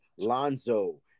Lonzo